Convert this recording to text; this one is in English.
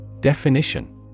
Definition